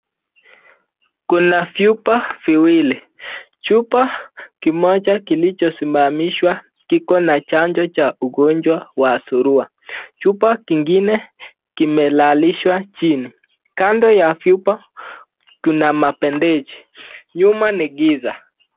Kuna vyupa viwili, chupa kimoja kilichosimamishwa kiko na chanjo cha ugonjwa wa suruha. Chupa kingine kimelalishwa chini kando ya vyupa kuna mabandeji, nyuma ni giza.